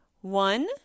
one